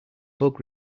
bug